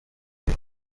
gihe